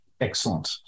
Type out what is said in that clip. Excellent